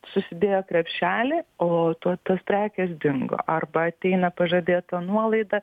susidėjo krepšelį o to tos prekės dingo arba ateina pažadėta nuolaida